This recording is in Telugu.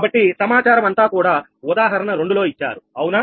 కాబట్టి సమాచారం అంతా కూడా ఉదాహరణ 2 లో ఇచ్చారు అవునా